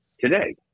today